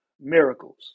miracles